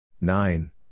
Nine